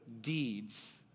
deeds